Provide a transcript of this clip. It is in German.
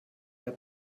der